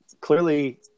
clearly